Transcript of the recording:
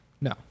No